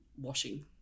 washing